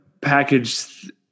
package